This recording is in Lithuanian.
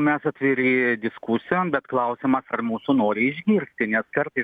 mes atviri diskusijom bet klausimas ar mūsų nori išgirsti nes kartais